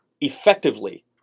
effectively